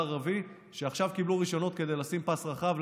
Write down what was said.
הערבי שעכשיו קיבלו רישיונות כדי לשים פס רחב.